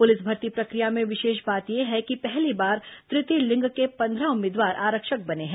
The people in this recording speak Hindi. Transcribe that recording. पुलिस भर्ती प्रक्रिया में विशेष बात यह है कि पहली बार तृतीय लिंग के पंद्रह उम्मीदवारों आरक्षक बने हैं